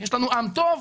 יש לנו עם טוב,